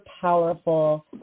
powerful